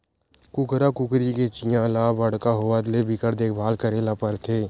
कुकरा कुकरी के चीया ल बड़का होवत ले बिकट देखभाल करे ल परथे